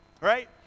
Right